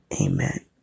Amen